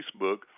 Facebook